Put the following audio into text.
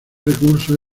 recurso